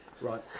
Right